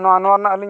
ᱱᱚᱣᱟ ᱱᱚᱣᱟ ᱨᱮᱱᱟᱜ ᱟᱹᱞᱤᱧ